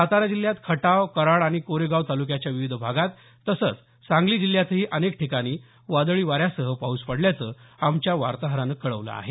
सातारा जिल्ह्यात खटाव कराड आणि कोरेगाव तालुक्याच्या विविध भागात तसंच सांगली जिल्ह्यातही अनेक ठिकाणी वादळी वाऱ्यासह पाऊस पडल्याच आमच्या वार्ताहरान कळवलं आहे